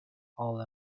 all